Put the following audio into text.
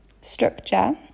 structure